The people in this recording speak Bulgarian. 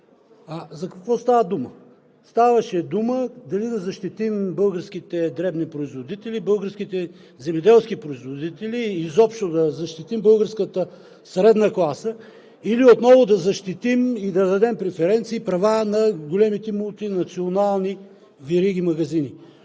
За какво става дума? Ставаше дума дали да защитим българските дребни производители, българските земеделски производители и изобщо да защитим българската средна класа, или отново да защитим и да дадем преференции и права на големите мултинационални вериги магазини.